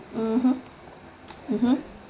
mmhmm mmhmm